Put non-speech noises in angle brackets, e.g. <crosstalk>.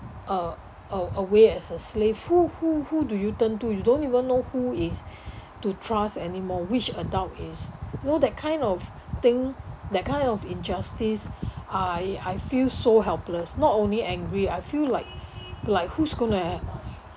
uh a~ away as a slave who who who do you turn to you don't even know who is <breath> to trust anymore which adult is you know that kind of thing that kind of injustice I I feel so helpless not only angry I feel like like who's going to